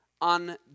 on